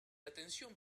atención